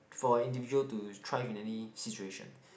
for individual to thrive in any situation